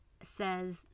says